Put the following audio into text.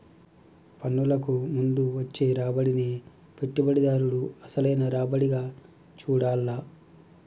పన్నులకు ముందు వచ్చే రాబడినే పెట్టుబడిదారుడు అసలైన రాబడిగా చూడాల్ల